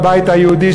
הבית היהודי,